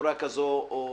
בצורה כזו או אחרת.